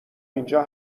اینجا